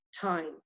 time